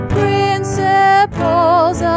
principles